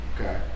okay